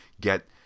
get